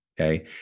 okay